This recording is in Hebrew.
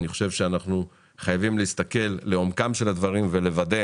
אני חושב שאנחנו חייבים להסתכל לעומקם של הדברים ולוודא